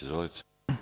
Izvolite.